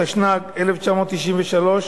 התשנ"ג 1993,